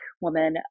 woman